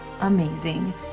amazing